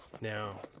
Now